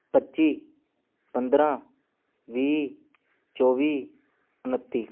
ਪੱਚੀ ਪੰਦਰਾਂ ਵੀਹ ਚੌਵੀ ਉਣੱਤੀ